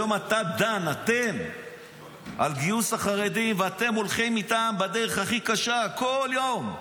היום אתם דנים על גיוס החרדים ואתם הולכים איתם בדרך הכי קשה בכל יום.